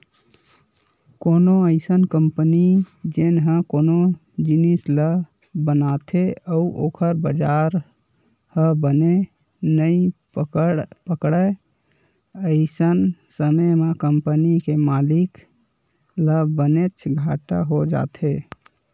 कोनो अइसन कंपनी जेन ह कोनो जिनिस ल बनाथे अउ ओखर बजार ह बने नइ पकड़य अइसन समे म कंपनी के मालिक ल बनेच घाटा हो जाथे